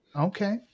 okay